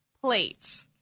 plate